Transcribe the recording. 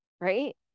right